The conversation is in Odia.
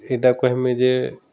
ଇଟା କାହେମି ଯେ